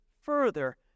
further